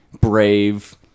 Brave